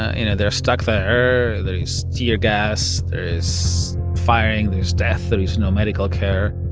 you know, they're stuck there. there is tear gas. there is firing. there is death. there is no medical care.